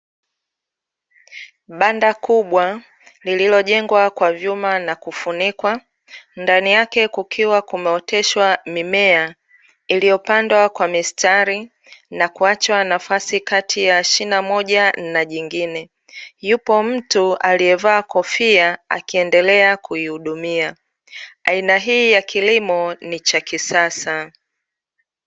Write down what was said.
Banda kubwa lililojengwa kwa vyuma na kufunikwa, ndani yake kukiwa kumeoteshwa mimea, iliyopandwa kwa mistari, na kuachwa nafasi kati ya shina moja na jingine. Yupo mtu aliyevaa kofia akiendelea kuihudumia. Aina hii ya kilimo ni cha kisasa.